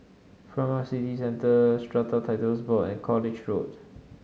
Furama City Centre Strata Titles Board and College Road